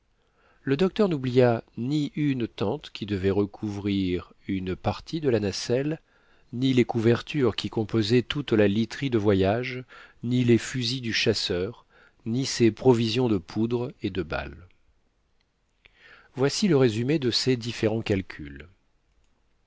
le docteur n'oublia ni une tente qui devait recouvrir une partie de la nacelle ni les couvertures qui composaient toute la literie de voyage ni les fusils du chasseur ni ses provisions de poudre et de balles voici le résumé de ses différents calculs